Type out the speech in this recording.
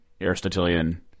Aristotelian